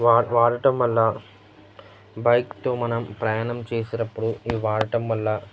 వాడడం వల్ల బైక్తో మనం ప్రయాణం చేసేటప్పుడు ఇవి వాడటం వల్ల